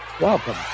welcome